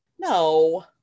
no